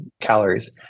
calories